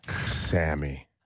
Sammy